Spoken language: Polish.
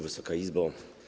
Wysoka Izbo!